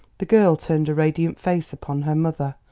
the girl turned a radiant face upon her mother.